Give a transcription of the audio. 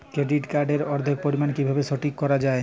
Credit card এর অর্থের পরিমান কিভাবে ঠিক করা হয়?